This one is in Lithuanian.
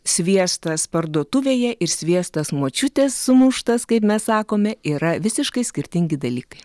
sviestas parduotuvėje ir sviestas močiutės sumuštas kaip mes sakome yra visiškai skirtingi dalykai